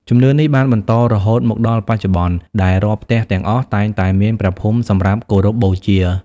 ជំនឿនេះបានបន្តរហូតមកដល់បច្ចុប្បន្ន ដែលរាល់ផ្ទះទាំងអស់តែងតែមានព្រះភូមិសម្រាប់គោរពបូជា។